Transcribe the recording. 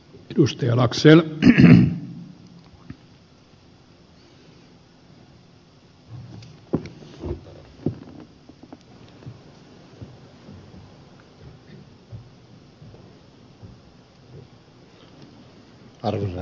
arvoisa herra puhemies